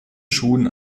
schuhen